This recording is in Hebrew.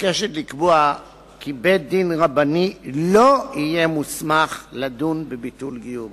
מוצע לקבוע כי בית-דין רבני לא יהיה מוסמך לדון בביטול גיורים.